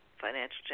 financial